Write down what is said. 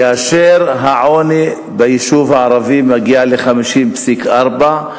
כאשר העוני ביישוב הערבי מגיע ל-50.4%,